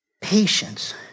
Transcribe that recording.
Patience